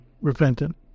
repentant